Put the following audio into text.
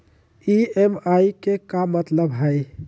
EMI के का मतलब हई?